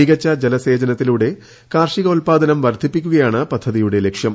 മികച്ച ജലസേചനത്തിലൂടെ കാർഷികോത്പാദനം വർദ്ധിപ്പിക്കുകയാണ് പദ്ധതിയുടെ ലക്ഷ്യം